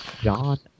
John